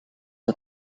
het